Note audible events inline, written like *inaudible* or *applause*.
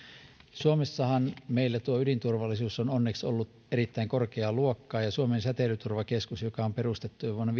suomessahan meillä tuo ydinturvallisuus on onneksi ollut erittäin korkeaa luokkaa ja suomen säteilyturvakeskus joka on perustettu jo vuonna *unintelligible*